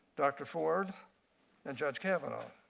doctor ford and judge kavanaugh.